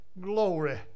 Glory